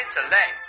Select